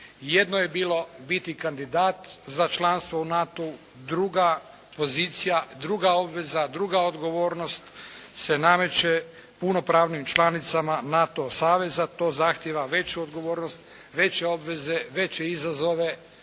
Jedno je bilo biti kandidat za članstvo u NATO-u, druga pozicija, druga obveza, druga odgovornost se nameće punopravnim članicama NATO saveza, to zahtjeva veću odgovornost, veće obveze, veće izazove,